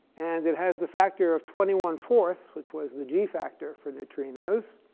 and it has the factor of twenty one four which was the g factor for neutrinos.